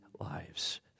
lives